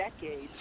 decades